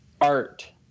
art